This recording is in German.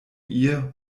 ihr